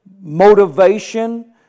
motivation